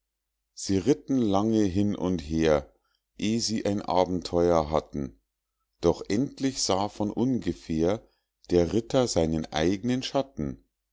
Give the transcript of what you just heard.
sie ritten lange hin und her eh sie ein abenteuer hatten doch endlich sah von ungefähr der ritter seinen eignen schatten